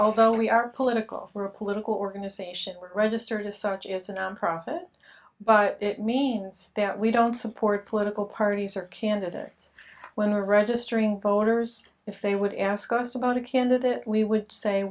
although we are a political for a political organization registered as such as a nonprofit but it means that we don't support political parties or candidates when registering voters if they would ask us about a candidate we would say